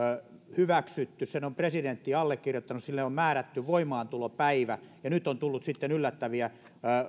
hyväksytty sen on presidentti allekirjoittanut sille on määrätty voimaantulopäivä ja nyt on tullut sitten yllättäviä